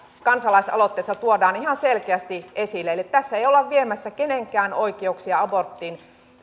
kansalaisaloitteessa tuodaan ihan selkeästi esille eli tässä ei olla viemässä kenenkään oikeuksia aborttiin